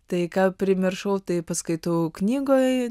tai ką primiršau tai paskaitų knygoj